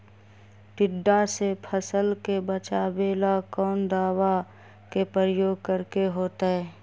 टिड्डा से फसल के बचावेला कौन दावा के प्रयोग करके होतै?